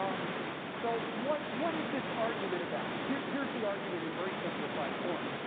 um so what what is this argument about? here's here's the argument in very simplified form.